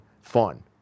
fun